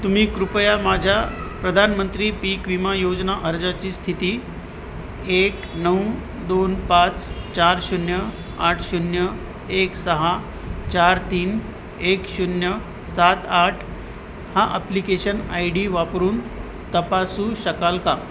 तुम्ही कृपया माझ्या प्रधानमंत्री पीक विमा योजना अर्जाची स्थिती एक नऊ दोन पाच चार शून्य आठ शून्य एक सहा चार तीन एक शून्य सात आठ हा अप्लिकेशन आय डी वापरून तपासू शकाल का